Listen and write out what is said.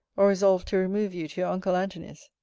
or resolve to remove you to your uncle antony's.